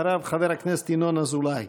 אחריו, חבר הכנסת ינון אזולאי.